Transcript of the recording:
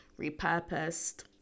repurposed